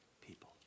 people